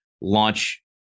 launch